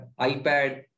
iPad